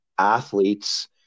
Athletes